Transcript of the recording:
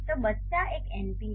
तो "बच्चा" एक एनपी है